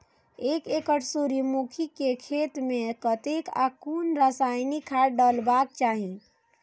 एक एकड़ सूर्यमुखी केय खेत मेय कतेक आ कुन रासायनिक खाद डलबाक चाहि?